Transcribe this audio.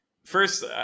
First